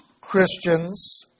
Christians